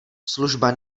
služba